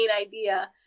idea